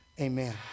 Amen